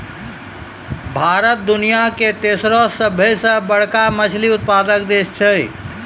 भारत दुनिया के तेसरो सभ से बड़का मछली उत्पादक देश छै